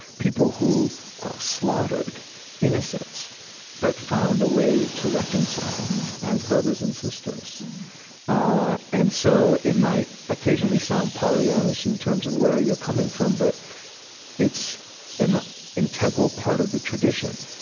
people who slaughtered innocents but found a way to reconcile as brothers and sisters ah and so it might occasionally sound pollyannish in terms of where you're coming from, but it's an integral part of the tradition.